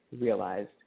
realized